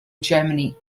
germany